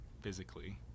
physically